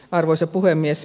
arvoisa puhemies